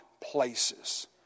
places